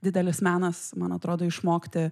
didelis menas man atrodo išmokti